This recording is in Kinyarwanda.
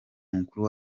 mukuru